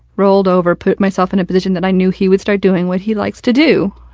rolled over, put myself in a position that i knew he would start doing what he likes to do.